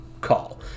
call